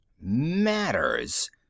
Matters